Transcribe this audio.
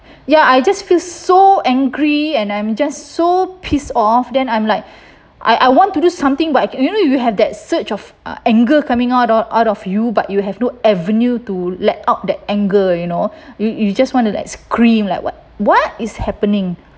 ya I just feel so angry and I'm just so pissed off then I'm like I I want to do something but you know you have that surge of anger coming out of out of you but you have no avenue to let out the anger you know you you just want to like scream like what what is happening